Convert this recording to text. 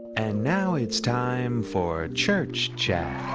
and now it's time for church chat.